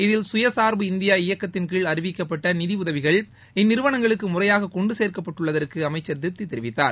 இதில் சுயசார்பு இந்தியா இயக்கத்தின் கீழ் அறிவிக்கப்பட்ட நிதி உதவிகள் இந்நிறுவனங்களுக்கு முறையாக கொண்டு சேர்க்கப்பட்டுள்ளதற்கு அமைச்சர் திருப்தி தெரிவித்தார்